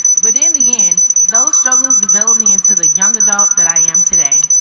with in the end though strugglers develop me into the young adults that i am today